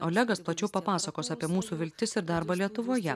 olegas plačiau papasakos apie mūsų viltis ir darbą lietuvoje